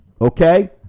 okay